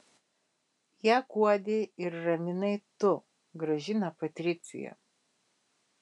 ją guodei ir raminai tu gražina patricija